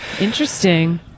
Interesting